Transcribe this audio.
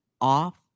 off